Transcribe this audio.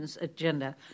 agenda